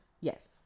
yes